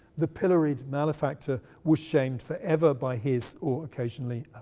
the pilloried malefactor was shamed forever by his, or occasionally